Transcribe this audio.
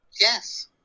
yes